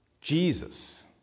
Jesus